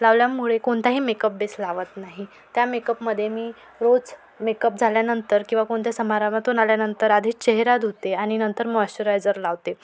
लावल्यामुळे कोणताही makeup base लावत नाही त्या मेकअपमध्ये मी रोज मेकअप झाल्यानंतर किंवा कोणत्या समारंभातून आल्यानंतर आधीच चेहरा धुते आणि नंतर मॉइश्चुरायझर लावते